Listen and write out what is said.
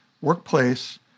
workplace